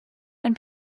and